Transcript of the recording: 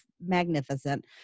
magnificent